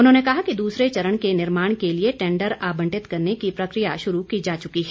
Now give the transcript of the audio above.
उन्होंने कहा कि दूसरे चरण के निर्माण के लिए टैंडर आबंटित करने की प्रक्रिया शुरू की जा चुकी है